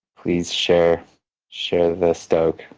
please share share the stoke.